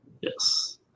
Yes